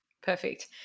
Perfect